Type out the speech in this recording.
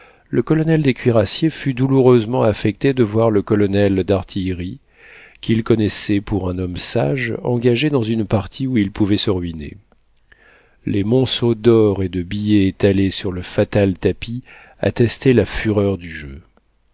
le colonel des cuirassiers fut douloureusement affecté de voir le colonel d'artillerie qu'il connaissait pour un homme sage engagé dans une partie où il pouvait se ruiner les monceaux d'or et de billets étalés sur le fatal tapis attestaient la fureur du jeu